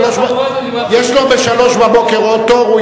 כל החבורה, יש לו ב-03:00 עוד תור.